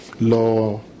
law